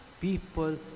people